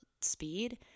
speed